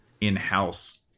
in-house